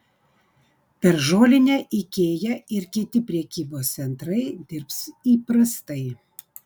per žolinę ikea ir kiti prekybos centrai dirbs įprastai